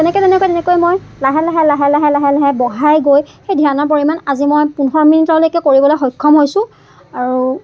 তেনেকৈ তেনেকৈ তেনেকৈ মই লাহে লাহে লাহে লাহে লাহে লাহে বঢ়াই গৈ সেই ধ্যানৰ পৰিমাণ আজি মই পোন্ধৰ মিনিটলৈকে কৰিবলৈ সক্ষম হৈছোঁ আৰু